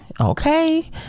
Okay